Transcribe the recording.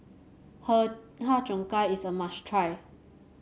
her Har Cheong Gai is a must try